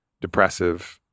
depressive